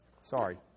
sorry